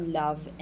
love